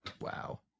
Wow